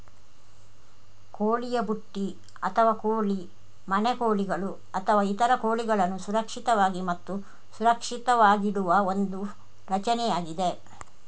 ಕೋಳಿಯ ಬುಟ್ಟಿ ಅಥವಾ ಕೋಳಿ ಮನೆ ಕೋಳಿಗಳು ಅಥವಾ ಇತರ ಕೋಳಿಗಳನ್ನು ಸುರಕ್ಷಿತವಾಗಿ ಮತ್ತು ಸುರಕ್ಷಿತವಾಗಿಡುವ ಒಂದು ರಚನೆಯಾಗಿದೆ